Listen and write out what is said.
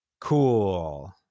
cool